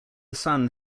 son